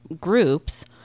groups